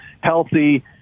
healthy